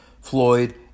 Floyd